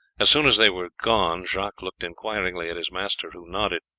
as soon as they were gone jacques looked inquiringly at his master, who nodded.